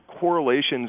correlations